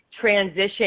transition